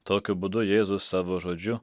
tokiu būdu jėzus savo žodžiu